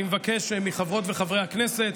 אני מבקש מחברות וחברי הכנסת,